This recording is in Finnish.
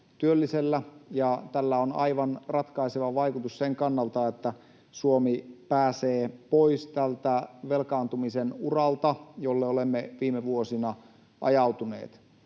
tällä on aivan ratkaiseva vaikutus sen kannalta, että Suomi pääsee pois tältä velkaantumisen uralta, jolle olemme viime vuosina ajautuneet.